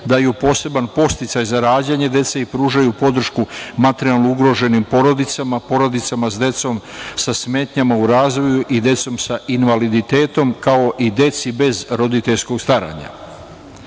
daju poseban podsticaj za rađanje dece i pružaju podršku materijalno ugroženim porodicama, porodicama sa decom sa smetnjama u razvoju i decom sa invaliditetom, kao i deci bez roditeljskog staranja. Zato